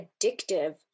addictive